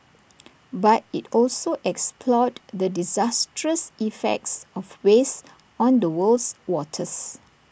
but IT also explored the disastrous effects of waste on the world's waters